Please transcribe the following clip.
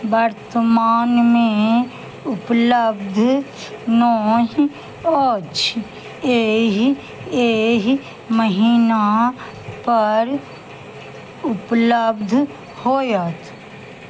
वर्तमानमे उपलब्ध नही अछि एहि एहि महीनापर उपलब्ध होयत